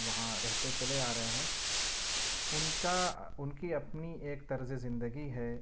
وہاں رہتے چلے آرہے ہیں ان کا ان کی اپنی ایک طرز زندگی ہے